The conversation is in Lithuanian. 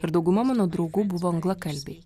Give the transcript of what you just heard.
ir dauguma mano draugų buvo anglakalbiai